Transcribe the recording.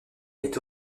est